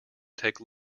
take